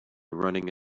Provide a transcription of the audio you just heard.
running